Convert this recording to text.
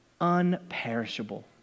unperishable